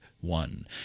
one